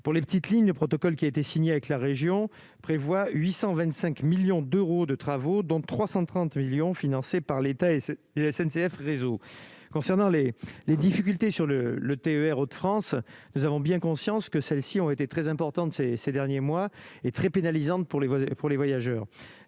pour les petites lignes le protocole qui a été signée avec la région prévoit 825 millions d'euros de travaux dont 330 millions financés par l'État et c'est la SNCF, réseau concernant les les difficultés sur le le TER Hauts-de-France nous avons bien conscience que celles-ci ont été très importante ces ces derniers mois et très pénalisante pour les, pour